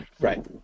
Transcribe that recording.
Right